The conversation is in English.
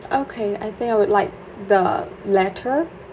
okay I think I would like the latter